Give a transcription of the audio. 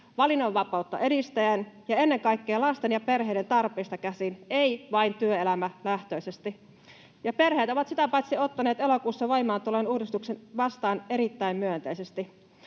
valinnanvapautta edistäen ja ennen kaikkea lasten ja perheiden tarpeista käsin, ei vain työelämälähtöisesti. Perheet ovat sitä paitsi ottaneet elokuussa voimaan tulleen uudistuksen vastaan erittäin myönteisesti.